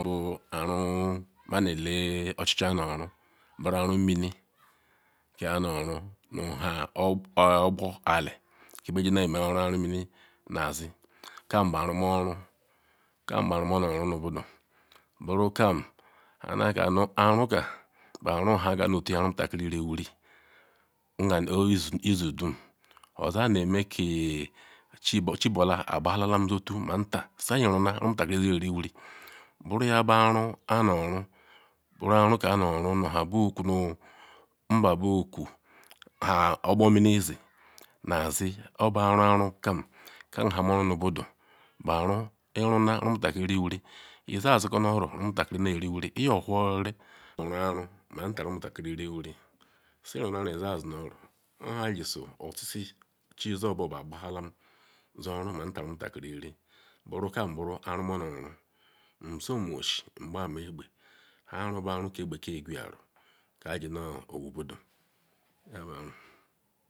Buru aru manele ocluchi ano ru buru aru nimi ka anoru nu ha ogbo eli ke beji nu oru aru mini nazi kam bu aru maru kam aru mana oru nu budu buru kam mana kanu aru ken bu aru aha nu otunya nhe omutakiri riwuri nza izudum oza neme ke chibu chibule amahalalam yetun manta masi iruna omutakiri siri wuri buru yabuaru anoru buru aru ka anoru nu ha beyoku mba yoku ha ogbe minizi na zi obu aru arukam kam buha meru nu budu. Baru iruna omutakiri riwuri. Izaziko nu oro omutakiri eriwuri iyo whoriri ma iru aru manta onutakiri riwuri si-iru aru iya zi nu-oro yehajizu, chulorobubu aqbahalam manta omutakiri buru kam buru ara ma nunnora nsum moshen ngba egbe nha aru bu aru ke gbekee nqweraru aji nu owo budu yabu aru.